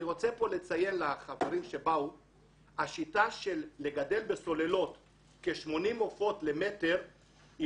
אני רוצה לציין שהשיטה לגדל בסוללות כ-80 עופות למטר היא